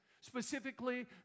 Specifically